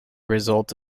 result